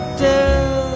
tell